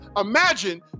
imagine